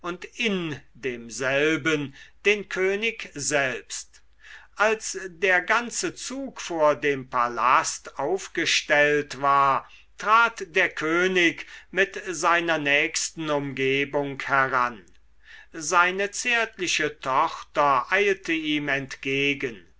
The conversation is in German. in demselben den könig selbst als der ganze zug vor dem palast aufgestellt war trat der könig mit seiner nächsten umgebung heran seine zärtliche tochter eilte ihm entgegen